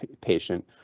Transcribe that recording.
patient